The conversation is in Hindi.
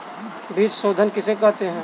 बीज शोधन किसे कहते हैं?